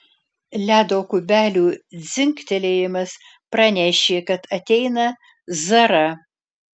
ledo kubelių dzingtelėjimas pranešė kad ateina zara